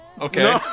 Okay